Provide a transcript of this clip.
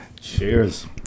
cheers